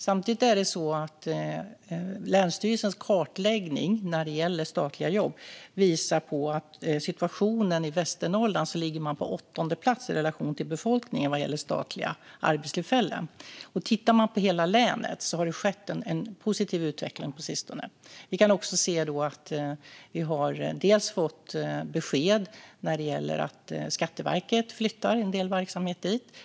Samtidigt är det så att länsstyrelsens kartläggning av statliga jobb visar att man i Västernorrland ligger på åttonde plats i relation till befolkningen vad gäller statliga arbetstillfällen. Tittar man på hela länet kan man se att det har skett en positiv utveckling på sistone. Vi har fått besked om att Skatteverket flyttar en del verksamhet dit.